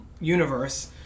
universe